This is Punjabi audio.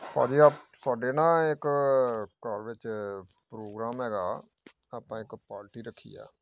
ਭਾਅ ਜੀ ਅਪ ਸਾਡੇ ਨਾ ਇੱਕ ਕੋਲੇਜ 'ਚ ਪ੍ਰੋਗਰਾਮ ਹੈਗਾ ਆਪਾਂ ਇੱਕ ਪਾਰਟੀ ਰੱਖੀ ਆ